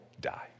die